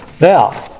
Now